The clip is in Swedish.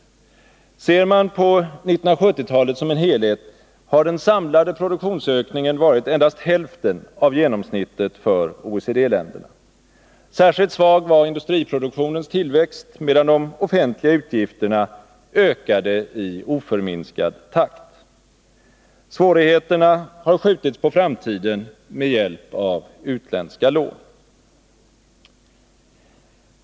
Ser man på 1970-talet som en helhet har den samlade produktionsökningen varit endast hälften av genomsnittet för OECD länderna. Särskilt svag var industriproduktionens tillväxt, medan de offentliga utgifterna ökade i oförminskad takt. Svårigheterna har skjutits på framtiden med hjälp av utländska lån.